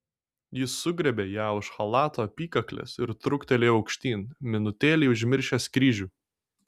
jis sugriebė ją už chalato apykaklės ir truktelėjo aukštyn minutėlei užmiršęs kryžių